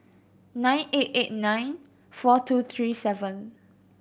nine eight eight nine four two three seven